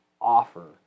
offer